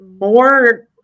more